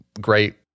great